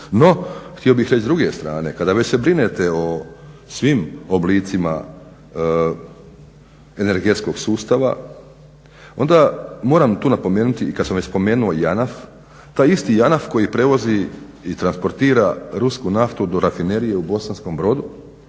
No, htio bih reći s druge strane, kada već se brinete o svim oblicima energetskog sustava onda moram tu napomenuti i kad sam već spomenuo i JANAF, taj isti JANAF koji prevozi i transportira rusku naftu do rafinerije u Bosanskom brodu